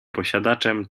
posiadaczem